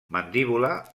mandíbula